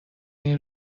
این